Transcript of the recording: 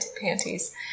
panties